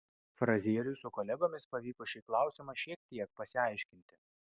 frazieriui su kolegomis pavyko šį klausimą šiek tiek pasiaiškinti